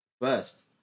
first